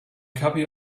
copy